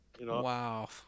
Wow